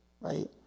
Right